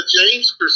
James